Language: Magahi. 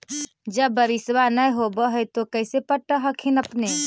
जब बारिसबा नय होब है तो कैसे पटब हखिन अपने?